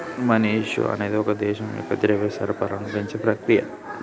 money issue అనేది ఒక దేశం యొక్క ద్రవ్య సరఫరాను పెంచే ప్రక్రియ